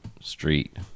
Street